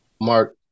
Mark